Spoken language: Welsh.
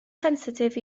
sensitif